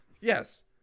Yes